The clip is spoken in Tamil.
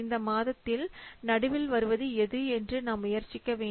இந்த மாதத்தில் நடுவில் வருவது எது என்று நாம் முயற்சிக்க வேண்டும்